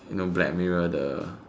you know black mirror the